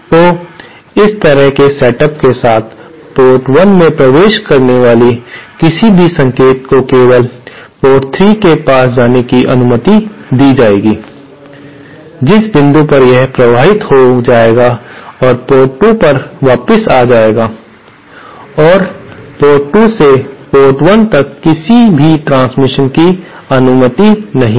तो इस तरह के सेटअप के साथ पोर्ट 1 में प्रवेश करने वाले किसी भी संकेत को केवल पोर्ट 3 पास करने की अनुमति दी जाएगी जिस बिंदु पर यह प्रवर्धित हो जाएगा और पोर्ट 2 पर वापस आ जाएगा और पोर्ट 2 से पोर्ट 1 तक किसी भी ट्रांसमिशन को अनुमति नहीं है